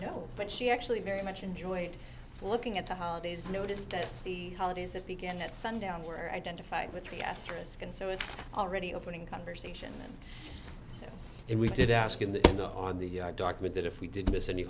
know but she actually very much enjoyed looking at the holidays noticed that the holidays that began at sundown were identified with the asterisk and so it's already opening conversation and we did ask in the in the on the document that if we did miss any